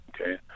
Okay